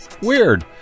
Weird